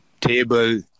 table